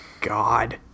God